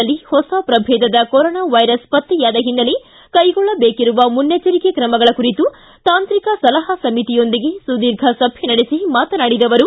ಯಲ್ಲಿ ಹೊಸ ಪ್ರಭೇದದ ಕೊರೊನಾ ವೈರಸ್ ಪತ್ತೆಯಾದ ಹಿನ್ನೆಲೆ ಕೈಗೊಳ್ಳಬೇಕಿರುವ ಮುನ್ನೆಚ್ಚರಿಕೆ ಕ್ರಮಗಳ ಕುರಿತು ತಾಂತ್ರಿಕ ಸಲಹಾ ಸಮಿತಿಯೊಂದಿಗೆ ಸುದೀರ್ಘ ಸಭೆ ನಡೆಸಿ ಮಾತನಾಡಿದರು